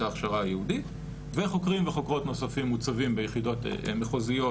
ההכשרה הייעודית וחוקרים וחוקרות נוספים מוצבים ביחידות מחוזיות